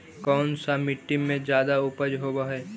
कोन सा मिट्टी मे ज्यादा उपज होबहय?